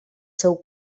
seu